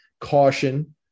caution